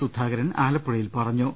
സുധാകരൻ ആലപ്പുഴയിൽ പറഞ്ഞു